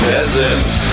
Peasants